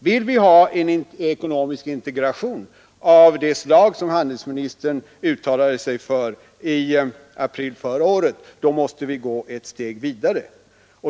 Vill vi ha en ekonomisk integration av det slag som handelsministern uttalade sig för i april förra året, då måste vi gå ett steg vidare.